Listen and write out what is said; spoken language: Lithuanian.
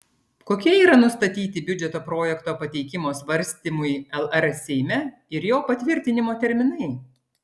kokie yra nustatyti biudžeto projekto pateikimo svarstymui lr seime ir jo patvirtinimo terminai